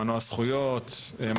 מנוע זכויות,